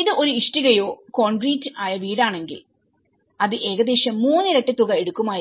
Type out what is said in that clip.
ഇത് ഒരു ഇഷ്ടികയോ കോൺക്രീറ്റോ ആയ വീടാണെങ്കിൽ അത് ഏകദേശം മൂന്നിരട്ടി തുക എടുക്കുമായിരുന്നു